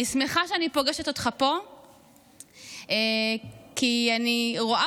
אני שמחה שאני פוגשת אותך פה כי אני רואה